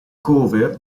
cover